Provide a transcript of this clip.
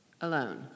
alone